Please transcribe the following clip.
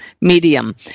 medium